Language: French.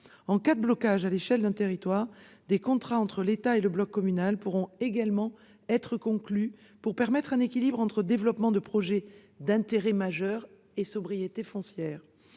En cas de blocage à l'échelle d'un territoire, des contrats entre l'État et le bloc communal pourront également être conclus, afin de permettre un équilibre entre développement de projets d'intérêts majeurs et sobriété foncière.